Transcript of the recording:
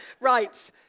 Right